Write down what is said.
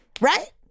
right